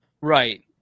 right